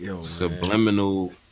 Subliminal